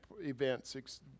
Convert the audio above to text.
events